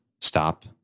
stop